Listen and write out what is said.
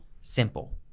simple